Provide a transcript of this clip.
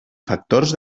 factors